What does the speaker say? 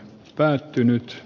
kollegat